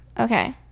okay